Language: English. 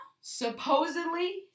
Supposedly